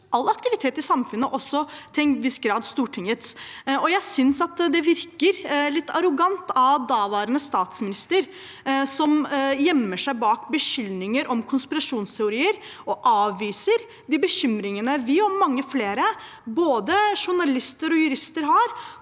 all aktivitet i samfunnet, også til en viss grad Stortingets. Jeg synes det virker litt arrogant av daværende statsminister å gjemme seg bak beskyldninger om konspirasjonsteorier og avvise de bekymringene vi og mange flere, både journalister og jurister, har